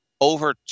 over